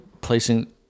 placing